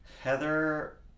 Heather